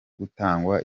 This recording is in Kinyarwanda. gutangwa